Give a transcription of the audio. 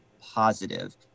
positive